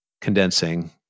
condensing